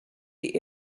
die